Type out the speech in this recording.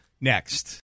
next